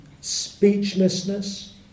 speechlessness